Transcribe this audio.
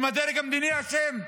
האם הדרג המדיני אשם?